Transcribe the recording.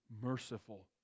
merciful